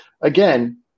again